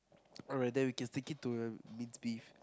alright then we can stick it to the minced beef